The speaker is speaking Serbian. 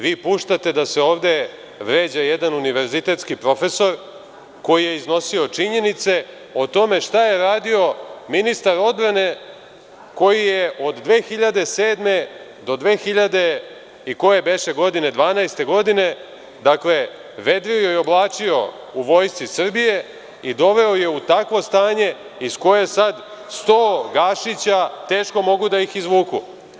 Vi puštate da se ovde vređa jedan univerzitetski profesor koji je iznosio činjenice o tome šta je radio ministar odbrane koji je od 2007. do 2000. i koje beše godine, 2012. godine vedrio i oblačio u Vojsci Srbije i doveo je u takvo stanje iz koje sada 100 Gašića sada mogu da ih izvuku.